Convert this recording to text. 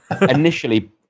Initially